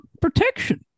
protection